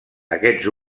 aquests